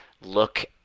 look